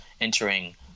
entering